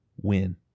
win